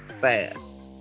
fast